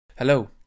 Hello